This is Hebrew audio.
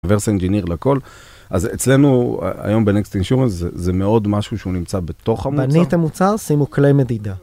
רברס אינג'יניר לכל, אז אצלנו היום בנקסט אינשורנז זה מאוד משהו שהוא נמצא בתוך המוצר. בנית המוצר שימו כלי מדידה.